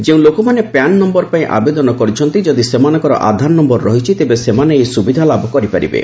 ଯେଉଁ ଲୋକମାନେ PAN number ପାଇଁ ଆବେଦନ କରିଛନ୍ତି ଯଦି ସେମାନଙ୍କର ଆଧାର ନମ୍ଭର ରହିଛି ତେବେ ସେମାନେ ଏହି ସୁବିଧା ଲାଭ କରିପାରିବେ